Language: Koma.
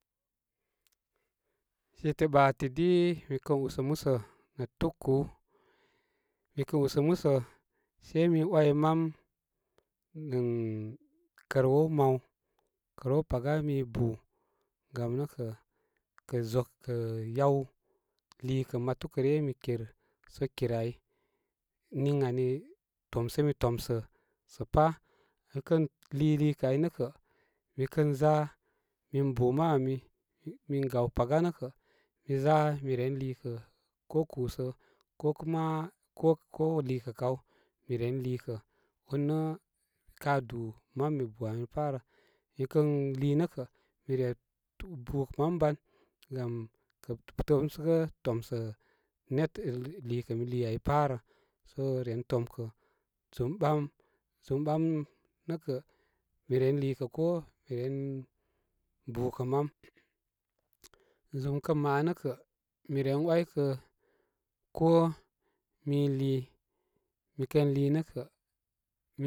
Site ɓa tidi mikə usə musə nə tukúú mi kə usə musə sei mi way mam mu kər wow maw, kər wow paga mi bú gam nə kə kə zok kə yáw úikə matukə ryə mi kirsə kir ai niŋ ani, tomsimi tomsə sə pá mi kən liilikə ai nə kə mikən za min bu mam ami, min gaw paga nə kə miza mi ren liikə ko kúsə ko kuma ko liikə kaw mi ren liikə urnə ka dú mam mi bú ami parə mi kən lii nə kə mi re bukə mam ban gamkə tomsəgə tomsə netə liikə mi lii ay parə so ren tomkə, zum ɓam zum ɓam nə kə mi ren liikə koo, mi ren bukə mam zum kən maa nə kə miren waykə koo mi lii mikən lii nə kə.